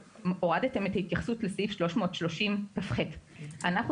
הורדתם את ההתייחסות לסעיף 330כח. אתם ביקשתם.